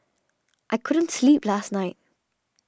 I couldn't sleep last night